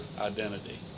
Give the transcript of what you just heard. identity